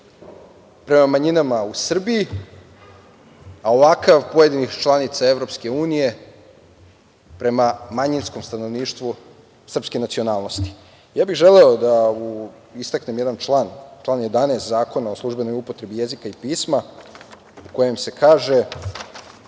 prema manjinama u Srbiji, a ovakav, pojedinih članica EU prema manjinskom stanovništvu srpske nacionalnosti. Želeo bih da istaknem jedan član 11. Zakona o službenoj upotrebi jezika i pisma u kojem kažu